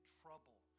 trouble